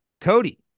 Cody